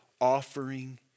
offering